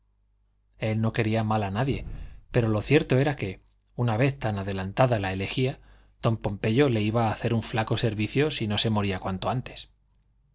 él no quería mal a nadie pero lo cierto era que una vez tan adelantada la elegía don pompeyo le iba a hacer un flaco servicio si no se moría cuanto antes